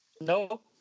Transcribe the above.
No